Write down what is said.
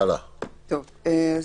אין.